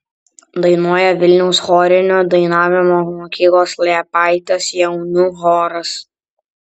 dainuoja vilniaus chorinio dainavimo mokyklos liepaitės jaunių choras